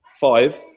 five